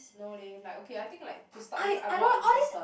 no leh like okay I think like to start with I am not interested